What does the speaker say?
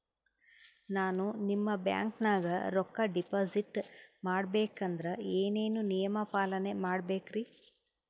ನಾನು ನಿಮ್ಮ ಬ್ಯಾಂಕನಾಗ ರೊಕ್ಕಾ ಡಿಪಾಜಿಟ್ ಮಾಡ ಬೇಕಂದ್ರ ಏನೇನು ನಿಯಮ ಪಾಲನೇ ಮಾಡ್ಬೇಕ್ರಿ?